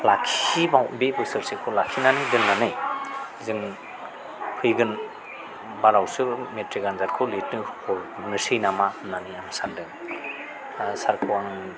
लाखिबावनो बे बोसोरसेखौ लाखिनानै दोननानै जों फैगोन बारावसो मेट्रिक आनजादखौ लिरनो हरनोसै नामा होननानै आङो सानदों सारखौ आं